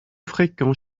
fréquent